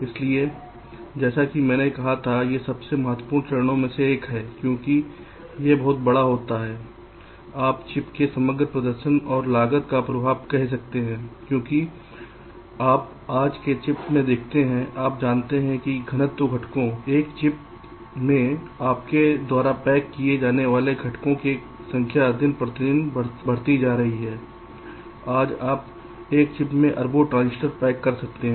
इसलिए जैसा कि मैंने कहा यह सबसे महत्वपूर्ण चरणों में से एक है क्योंकि यह बहुत बड़ा होता है आप चिप के समग्र प्रदर्शन और लागत पर प्रभाव कह सकते हैं क्योंकि आप आज के चिप में देखते हैं आप जानते हैं कि घनत्व घटकों एक चिप में आपके द्वारा पैक किए जाने वाले घटकों की संख्या दिन प्रतिदिन बढ़ रही है आज आप एक चिप में अरबों ट्रांजिस्टर पैक कर सकते हैं